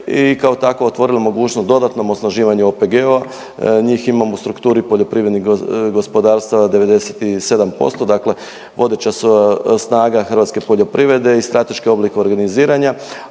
i kao takvo otvorilo mogućnost dodatnom osnaživanju OPG-ova. Njih imamo u strukturi poljoprivrednih gospodarstava 97%, dakle vodeća su snaga hrvatske poljoprivrede i strateški oblik organiziranja,